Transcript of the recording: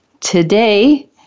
Today